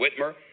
Whitmer